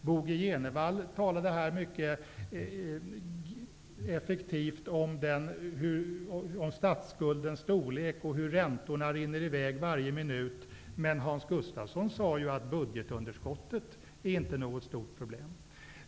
Bo G Jenevall talade mycket effektivt om statsskuldens storlek och hur räntorna rinner i väg varje minut. Men Hans Gustafsson sade att budgetunderskottet inte är något stort problem.